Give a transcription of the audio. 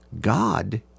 God